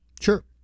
Sure